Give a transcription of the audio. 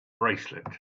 bracelet